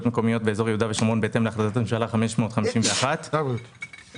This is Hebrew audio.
מקומיות באזור יהודה ושומרון בהתאם להחלטת ממשלה 551. תקצוב